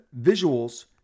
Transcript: visuals